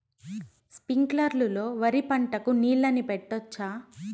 స్ప్రింక్లర్లు లో వరి పంటకు నీళ్ళని పెట్టొచ్చా?